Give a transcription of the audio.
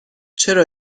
چرا